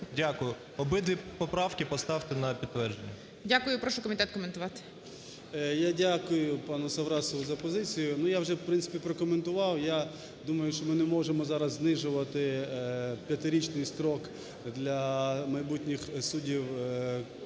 Дякую. Обидві поправки поставте на підтвердження. ГОЛОВУЮЧИЙ. Дякую. Прошу комітет коментувати. 11:00:13 КНЯЗЕВИЧ Р.П. Я дякую пануСаврасову за позицію. Ну, я вже, в принципі, прокоментував. Я думаю, що ми не можемо зараз знижувати п'ятирічний строк для майбутніх суддів